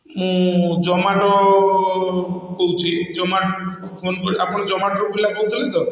ମୁଁ ଜୋମାଟୋ କହୁଛି ଜୋମାଟୋ ଫୋନ କରି ଆପଣ ଜୋମାଟୋ ପିଲା କହୁଥିଲେ ତ